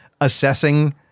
assessing